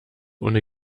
ohne